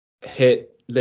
hit